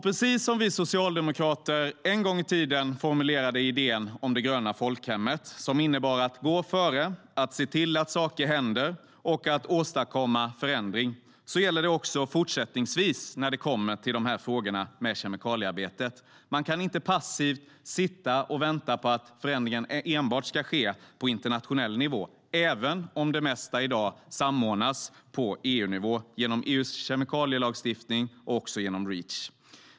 Precis som när vi socialdemokrater en gång i tiden formulerade idén om det gröna folkhemmet, som innebar att gå före, att se till att saker händer och att åstadkomma förändring, gäller det också fortsättningsvis när det kommer till frågorna med kemikaliearbetet. Man kan inte passivt sitta och vänta på att förändringen enbart ska ske på internationell nivå, även om det mesta i dag samordnas på EU-nivå genom EU:s kemikalielagstiftning och också genom Reach.